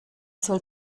soll